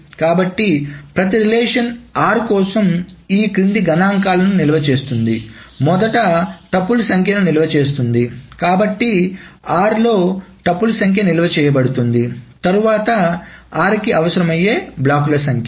కాబట్టి ప్రతి relation r కోసం ఇది క్రింది గణాంకాలను నిల్వ చేస్తుంది మొదట టుపుల్స్ సంఖ్యను నిల్వ చేస్తుంది కాబట్టి r లో టుపుల్స్ సంఖ్య నిల్వ చేయబడుతోంది తరువాత r కి అవసరమయ్యే బ్లాకుల సంఖ్య